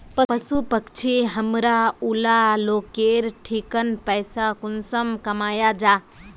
पशु पक्षी हमरा ऊला लोकेर ठिकिन पैसा कुंसम कमाया जा?